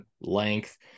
length